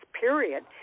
period